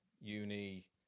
uni